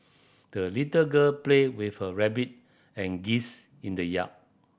the little girl played with her rabbit and geese in the yard